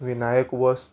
विनायक वस्त